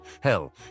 Hell